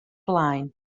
blaen